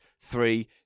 Three